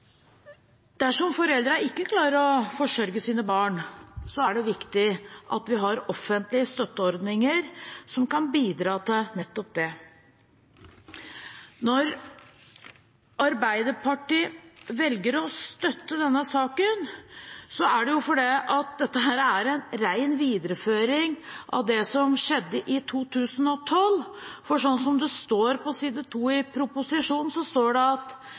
Dersom foreldrene ikke klarer å forsørge sine barn, er det viktig at vi har offentlige støtteordninger som kan bidra til nettopp det. Når Arbeiderpartiet velger å støtte denne saken, er det fordi dette er en ren videreføring av det som skjedde i 2012, for på side 2 i proposisjonen står det: «I forbindelse med revisjonen av rundskriv til sosialtjenesteloven i 2012, ble det